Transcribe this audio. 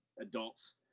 adults